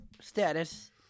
status